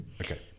Okay